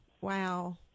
Wow